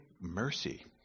mercy